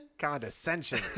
condescension